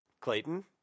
Clayton